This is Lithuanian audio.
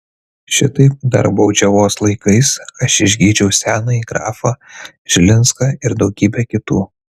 šitaip dar baudžiavos laikais aš išgydžiau senąjį grafą žilinską ir daugybę kitų